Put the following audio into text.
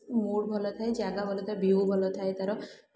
ମୁଡ଼୍ ଭଲଥାଏ ଯାଗା ଭଲ ତ ଭିୟୁ ଭଲ ଥାଏ ତାର